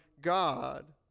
God